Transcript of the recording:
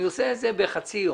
אני עושה את זה בחצי יום.